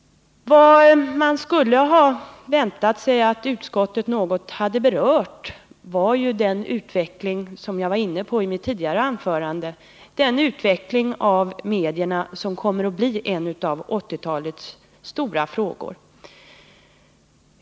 Man hade väntat sig att utskottet skulle beröra den utveckling av medierna som jag var inne på i mitt tidigare anförande och som kommer att bli en av 1980-talets stora frågor.